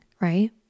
right